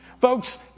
Folks